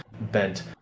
bent